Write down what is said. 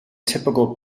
typical